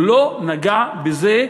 הוא לא נגע בזה.